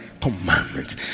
Commandments